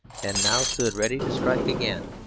and now stood ready to strike again,